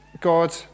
God